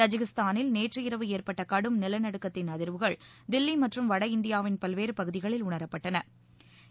தஜிகிஸ்தானில் நேற்று இரவு ஏற்பட்ட கடும் நிலநடுக்கத்தின் அதிர்வுகள் தில்லி மற்றும் வட இந்தியாவின் பல்வேறு பகுதிகளில் நிலஅதிர்வுகள் உணரப்பட்டன